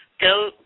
Go